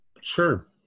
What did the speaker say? Sure